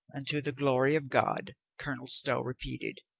unto the glory of god, colonel stow re peated.